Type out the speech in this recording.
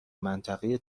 منطقه